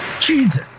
Jesus